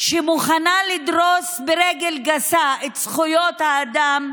שמוכנה לדרוס ברגל גסה את זכויות האדם,